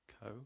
Co